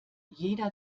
jeder